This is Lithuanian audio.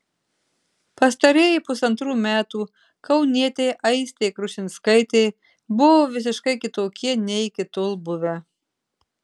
pastarieji pusantrų metų kaunietei aistei krušinskaitei buvo visiškai kitokie nei iki tol buvę